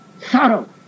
sorrow